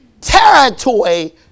territory